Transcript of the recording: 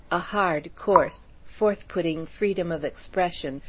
a hard, coarse, forth-putting freedom of expression,